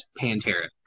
Pantera